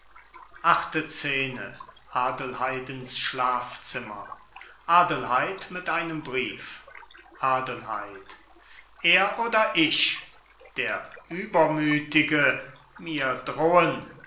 adelheid mit einem brief adelheid er oder ich der übermütige mir drohen